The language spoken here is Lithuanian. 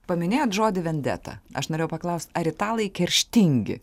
paminėjot žodį vendeta aš norėjau paklaust ar italai kerštingi